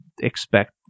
expect